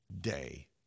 day